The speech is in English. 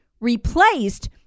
replaced